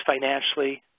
financially